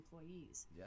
employees